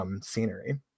scenery